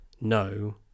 no